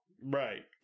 right